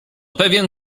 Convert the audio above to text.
pewien